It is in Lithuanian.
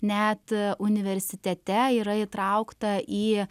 net universitete yra įtraukta į